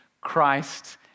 Christ